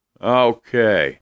okay